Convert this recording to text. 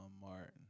Martin